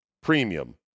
Premium